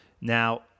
Now